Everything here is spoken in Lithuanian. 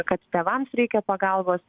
kad tėvams reikia pagalbos